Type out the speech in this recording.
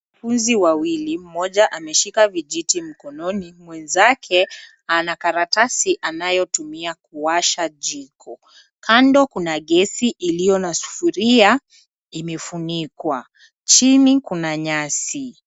Wanafunzi wawili mmoja ameshika vijiti mkononi, mwenzake ana karatasi anayotumia kuwasha jiko. Kando kuna gesi iliyo na sufuria imefunikwa. Chini kuna nyasi.